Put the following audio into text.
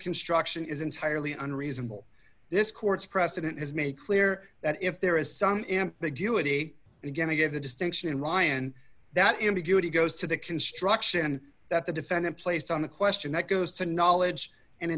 construction is entirely unreasonable this court's precedent has made clear that if there is some ambiguity again to give a distinction in lyon that ambiguity goes to the construction that the defendant placed on the question that goes to knowledge and